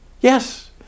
Yes